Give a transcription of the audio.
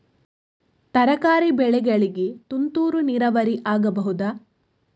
ತರಕಾರಿ ಬೆಳೆಗಳಿಗೆ ತುಂತುರು ನೀರಾವರಿ ಆಗಬಹುದಾ?